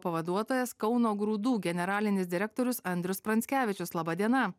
pavaduotojas kauno grūdų generalinis direktorius andrius pranckevičius laba diena